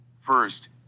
First